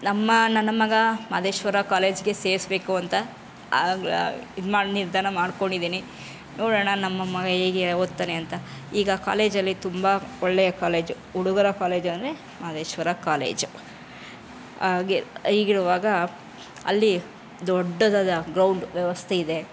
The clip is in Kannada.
ನಮ್ಮ ನನ್ನ ಮಗ ಮಾದೇಶ್ವರ ಕಾಲೇಜಿಗೆ ಸೇರಿಸ್ಬೇಕು ಅಂತ ಇದು ಮಾಡಿ ನಿರ್ಧಾರ ಮಾಡಿಕೊಂಡಿದ್ದೀನಿ ನೋಡೋಣ ನಮ್ಮ ಮಗ ಹೇಗೆ ಓದ್ತಾನೆ ಅಂತ ಈಗ ಕಾಲೇಜಲ್ಲಿ ತುಂಬ ಒಳ್ಳೆಯ ಕಾಲೇಜ್ ಹುಡುಗರ ಕಾಲೇಜು ಅಂದರೆ ಮಹದೇಶ್ವರ ಕಾಲೇಜ್ ಹಾಗೆ ಹೀಗಿರುವಾಗ ಅಲ್ಲಿ ದೊಡ್ಡದಾದ ಗ್ರೌಂಡ್ ವ್ಯವಸ್ಥೆ ಇದೆ